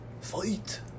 Fight